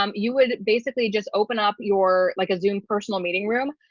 um you would basically just open up your like a zoom personal meeting room,